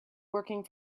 working